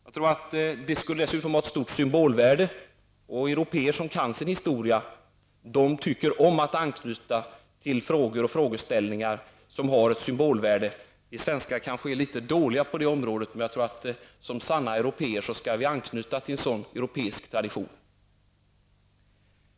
Jag tror att detta dessutom skulle ha ett stort symbolvärde. Européer som kan sin historia tycker om att anknyta till frågor som har ett symbolvärde. Vi svenskar kanske är litet dåliga på det, men som sanna européer bör vi enligt min mening anknyta till en sådan europeisk tradition.